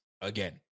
again